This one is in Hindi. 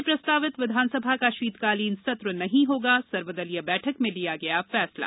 कल से प्रस्तावित विधानसभा का शीतकालीन सत्र नहीं होगा सर्वदलीय बैठक में लिया गया फैसला